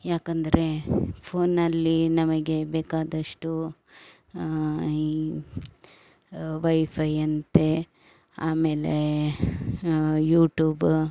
ಯಾಕಂದರೆ ಫೋನ್ನಲ್ಲಿ ನಮಗೆ ಬೇಕಾದಷ್ಟು ಈ ವೈಫೈ ಅಂತೆ ಆಮೇಲೆ ಯೂಟೂಬ